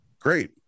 great